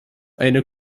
eine